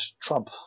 Trump